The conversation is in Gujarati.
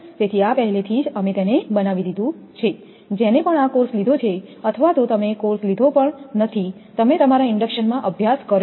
તેથી આ પહેલેથી જ અમે તેને બનાવી લીધું છે જેને પણ આ કોર્સ લીધો છે અથવા તો તમે કોર્સ લીધો પણ નથી તમે તમારા ઇન્ડડક્શનમાં અભ્યાસ કર્યો હશે